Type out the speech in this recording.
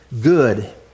good